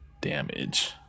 damage